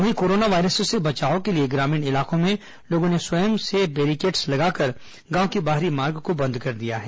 वहीं corona virus से बचाव के लिए ग्रामीण इलाकों में लोगों ने स्वयं से बेरीकेट्स लगाकर गांव के बाहरी मार्ग को बंद कर दिया है